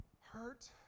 hurt